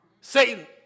Satan